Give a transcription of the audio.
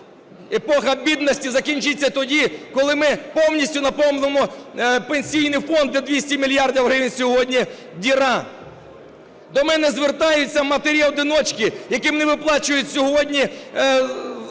Епоха бідності закінчиться тоді, коли ми повністю наповнимо Пенсійний фонд, де 200 мільярдів гривень сьогодні діра. До мене звертаються матері-одиначки, яким не виплачують сьогодні